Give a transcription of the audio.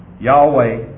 Yahweh